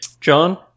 John